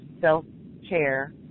self-care